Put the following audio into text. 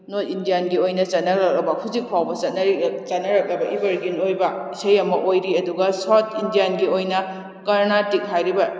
north ꯏꯟꯗꯤꯌꯥꯟꯒꯤ ꯑꯣꯏꯅ ꯆꯠꯅꯔꯛꯂꯕ ꯍꯧꯖꯤꯛ ꯐꯥꯎꯕ ꯆꯠꯅꯔꯤ ꯆꯠꯅꯔꯛꯂꯕ ꯏꯕꯔꯒ꯭ꯔꯤꯟ ꯑꯣꯏꯕ ꯏꯁꯩ ꯑꯃ ꯑꯣꯏꯔꯤ ꯑꯗꯨꯒ ꯁꯥꯎꯊ ꯏꯟꯗꯤꯌꯥꯟꯒꯤ ꯑꯣꯏꯅ ꯀꯔꯅꯥꯇꯤꯛ ꯍꯥꯏꯔꯤꯕ